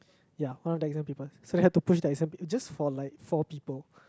ya one of the exam papers so we have to push the exam paper just like for four people